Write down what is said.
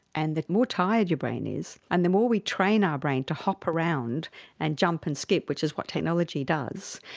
and the more tired your brain is and the more we train our brain to hop around and jump and skip, which is what technology does,